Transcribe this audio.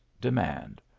demand